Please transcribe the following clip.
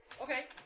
Okay